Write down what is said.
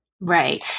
Right